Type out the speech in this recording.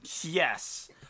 Yes